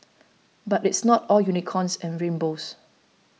but it's not all unicorns and rainbows